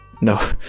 No